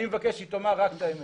אני מבקש שהיא תאמר רק את האמת.